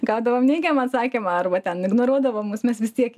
gaudavom neigiamą atsakymą arba ten ignoruodavo mus mes vis tiek